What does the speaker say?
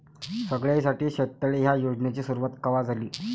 सगळ्याइसाठी शेततळे ह्या योजनेची सुरुवात कवा झाली?